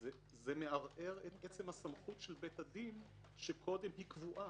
אז זה מערער את עצם הסמכות של בית הדין שקודם היא קבועה.